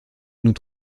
nous